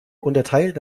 unterteilt